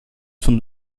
von